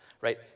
right